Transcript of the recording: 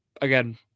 again